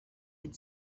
had